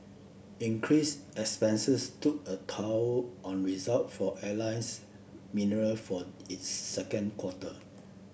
increased expenses took a toll on result for Alliance Mineral for its second quarter